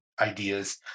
ideas